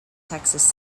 texas